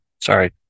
Sorry